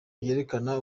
byerekana